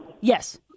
yes